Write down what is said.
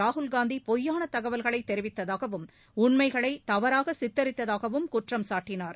ராகுல்காந்தி பொய்யான தகவல்களை தெரிவித்ததாகவும் உண்மைகளை தவறாக சித்தரித்ததாகவும் குற்றம் சாட்டினார்